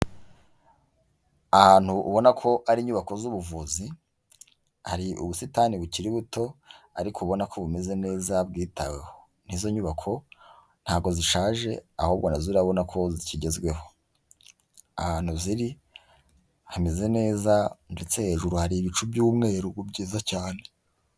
Ahantu ubona ko ari inyubako z'ubuvuzi, hari ubusitani bukiri buto ariko ubona ko bumeze neza bwitaweho. N'izo nyubako ntabwo zishaje, ahubwo na zo urabona ko zikigezweho. Ahantu ziri hameze neza ndetse hejuru hari ibicu by'umweru byiza cyane.